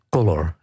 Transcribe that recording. Color